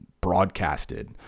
broadcasted